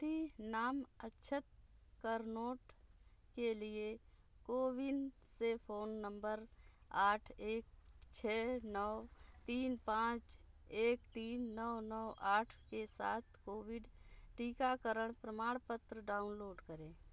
लाभार्थी नाम अक्षत करनोट के लिए कोविन से फ़ोन नम्बर आठ एक छः नौ तीन पाँच एक तीन नौ नौ आठ के साथ कोविड टीकाकरण प्रमाणपत्र डाउनलोड करें